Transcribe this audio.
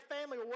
family